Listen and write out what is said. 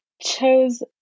chose